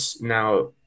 Now